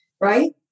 right